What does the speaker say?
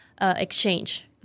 exchange